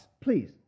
please